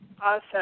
Awesome